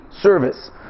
service